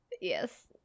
yes